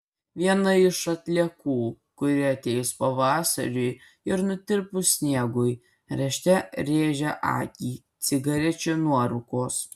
viena iš atliekų kuri atėjus pavasariui ir nutirpus sniegui rėžte rėžia akį cigarečių nuorūkos